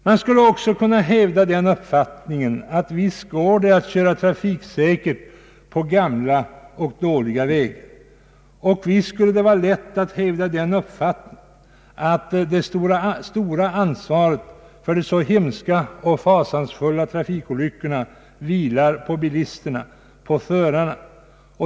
Man skulle också kunna hävda den uppfattningen att visst går det att köra trafiksäkert på gamla och dåliga vägar, och visst skulle det vara lätt att hävda att största ansvaret för de fasansfulla trafikolyckorna vilar på bilisterna.